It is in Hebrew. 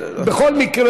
בכל מקרה,